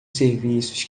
serviços